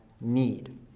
need